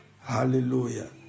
hallelujah